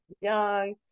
young